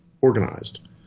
organized